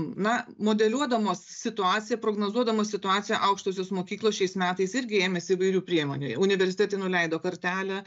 na modeliuodamos situaciją prognozuodamos situaciją aukštosios mokyklos šiais metais irgi ėmėsi įvairių priemonių universitetai nuleido kartelę